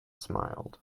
smiled